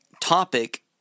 topic